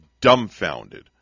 dumbfounded